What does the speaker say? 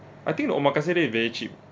I think the omakase there is very cheap